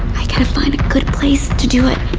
i gotta find a good place to do it.